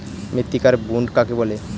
মৃত্তিকার বুনট কাকে বলে?